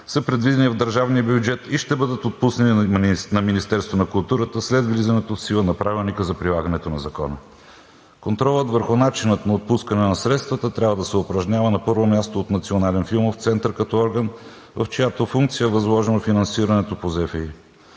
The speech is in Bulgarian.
са предвидени в държавния бюджет и ще бъдат отпуснати на Министерството на културата след влизането в сила на Правилника за прилагането на закона. Контролът върху начина на отпускане на средствата трябва да се упражнява, на първо място, от Националния филмов център като орган, в чиято функция е възложено финансирането по ЗФИ.